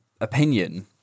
opinion